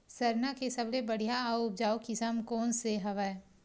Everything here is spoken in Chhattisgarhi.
सरना के सबले बढ़िया आऊ उपजाऊ किसम कोन से हवय?